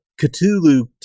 Cthulhu